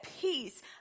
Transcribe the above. peace